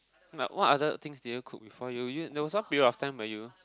like what other things did you cook before you you there was one period of time where you